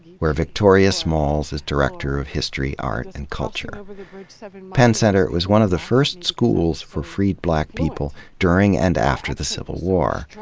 where victoria smalls is director of history, art, and culture. penn center was one of the first schools for freed black people during and after the civil war.